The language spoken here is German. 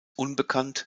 unbekannt